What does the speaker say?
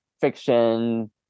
fiction